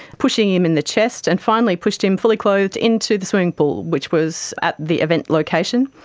pushing him in the chest, and finally pushed him fully clothed into the swimming pool which was at the event location.